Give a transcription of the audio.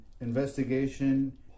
investigation